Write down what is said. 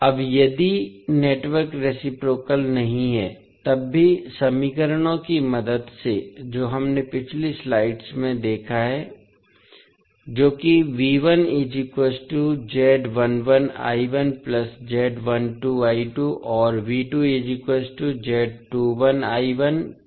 अब यदि network reciprocal नहीं है तब भी समीकरणों की मदद से जो हमने पिछली स्लाइड्स में देखा था जो कि और है